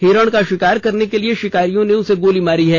हिरण का शिकार करने के लिए शिकारियों ने उसे गोली मारी है